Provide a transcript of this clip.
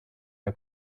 der